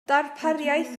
darpariaeth